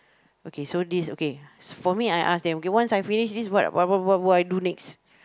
okay so this okay for me I ask them okay once I finish this what what what I do next